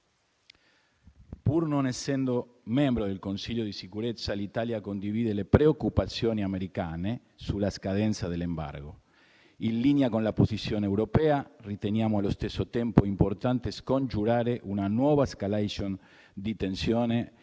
Pur non essendo membro del Consiglio di sicurezza, l'Italia condivide le preoccupazioni americane sulla scadenza dell'embargo. In linea con la posizione europea, riteniamo allo stesso tempo importante scongiurare una nuova *escalation* di tensione